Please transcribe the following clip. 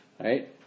right